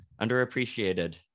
underappreciated